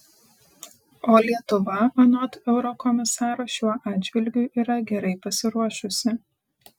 o lietuva anot eurokomisaro šiuo atžvilgiu yra gerai pasiruošusi